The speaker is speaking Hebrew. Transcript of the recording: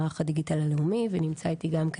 ממערך הדיגיטל הלאומי ונמצא איתי גם כן